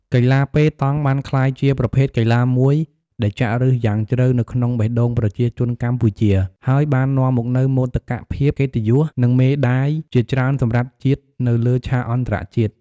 កីឡាប៉េតង់ បានក្លាយជាប្រភេទកីឡាមួយដែលចាក់ឫសយ៉ាងជ្រៅនៅក្នុងបេះដូងប្រជាជនកម្ពុជា ហើយបាននាំមកនូវមោទកភាព កិត្តិយស និងមេដៃជាច្រើនសម្រាប់ជាតិនៅលើឆាកអន្តរជាតិ។